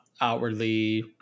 outwardly